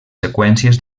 seqüències